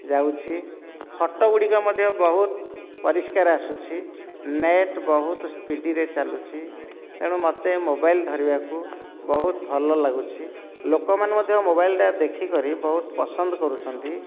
ଯାଉଛି ଫଟୋ ଗୁଡ଼ିକ ମଧ୍ୟ ବହୁତ ପରିଷ୍କାର ଆସୁଛି ନେଟ୍ ବହୁତ ସ୍ପିଡ଼ରେ ଚାଲୁଛି ତେଣୁ ମୋତେ ମୋବାଇଲ ଧରିବାକୁ ବହୁତ ଭଲ ଲାଗୁଛି ଲୋକମାନେ ମଧ୍ୟ ମୋବାଇଲଟା ଦେଖିକରି ବହୁତ ପସନ୍ଦ କରୁଛନ୍ତି